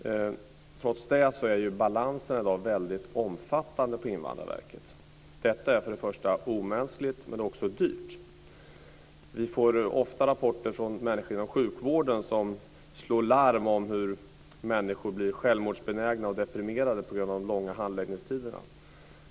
Trots det är balansen i dag väldigt omfattande på Invandrarverket. Detta är för det första omänskligt, men för det andra också dyrt. Vi får ofta rapporter från människor inom sjukvården som slår larm om hur människor blir självmordsbenägna och deprimerade på grund av de långa handläggningstiderna.